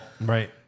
Right